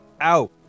out